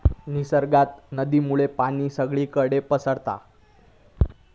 निसर्गात नदीमुळे पाणी सगळीकडे पसारता